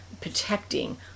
protecting